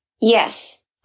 Yes